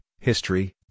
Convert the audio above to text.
history